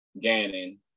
Gannon